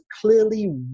clearly